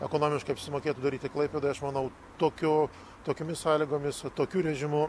ekonomiškai apsimokėtų daryti klaipėdoj aš manau tokiu tokiomis sąlygomis o tokiu režimu